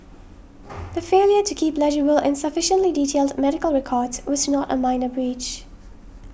the failure to keep legible and sufficiently detailed medical records was not a minor breach